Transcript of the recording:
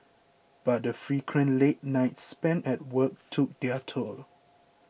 but the frequent late nights spent at work took their toll